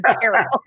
Terrible